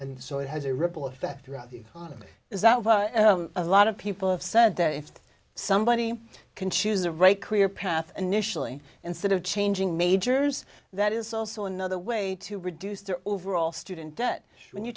and so it has a ripple effect throughout the economy is that a lot of people have said that if somebody can choose the right career path initially and sit changing majors that is also another way to reduce the overall student debt when you